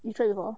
you tried before